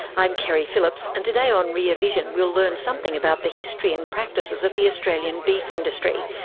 i'm keri phillips and today on rear vision we'll learn something about the history and practices of the australian beef industry,